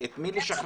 את מי לשחרר,